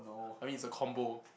I mean it's a combo